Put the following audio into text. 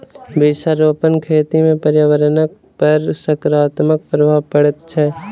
वृक्षारोपण खेती सॅ पर्यावरणपर सकारात्मक प्रभाव पड़ैत छै